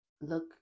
look